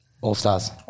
All-stars